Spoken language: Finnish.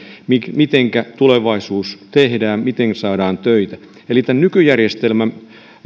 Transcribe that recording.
mitenkä tulevaisuus tehdään miten saadaan töitä eli tämän nykyjärjestelmän